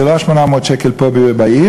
זה לא 800 שקל כמו פה בעיר.